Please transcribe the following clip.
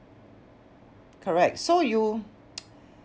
correct so you